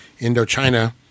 Indochina